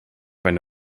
eine